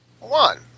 one